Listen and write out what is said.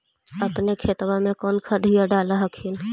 अपने खेतबा मे कौन खदिया डाल हखिन?